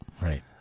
Right